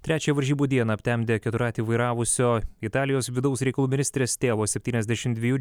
trečiąją varžybų dieną aptemdė keturratį vairavusio italijos vidaus reikalų ministrės tėvo septyniasdešim dviejų